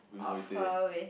of her with